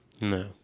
no